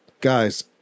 guys